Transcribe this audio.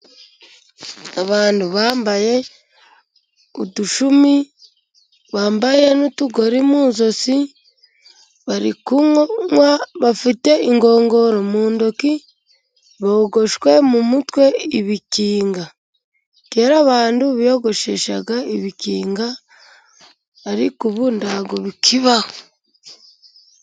Abantu bambaye udushumi, bambaye n'utugori mu ijosi, barikunywa bafite inkongoro mu ntoki, bogoshwe mu mutwe ibikinga. Kera abantu biyogosheshaga ibikinga, ariko ubu ntago bikibaho.